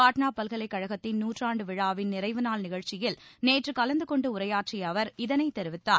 பாட்னா பல்கலைகழகத்தின் நூற்றாண்டு விழாவின் நிறைவு நாள் நிகழ்ச்சியில் நேற்று கலந்து கொண்டு உரையாற்றிய அவர் இதனை தெரிவித்தார்